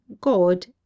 God